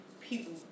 people